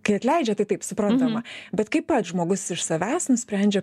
kai atleidžia tai taip suprantama bet kaip pats žmogus iš savęs nusprendžia